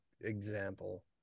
example